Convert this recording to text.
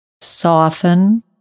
Soften